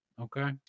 okay